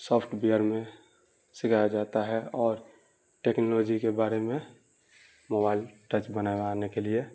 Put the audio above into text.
soft ware میں سکھایا جاتا ہے اور ٹکنالوجی کے بارے میں موبائل ٹچ بنوانے کے لیے